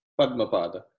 Padmapada